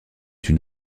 une